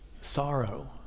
sorrow